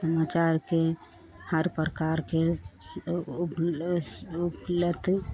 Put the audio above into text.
समाचार के हर प्रकार के और और और लथल